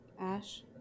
Ash